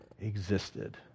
existed